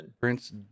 prince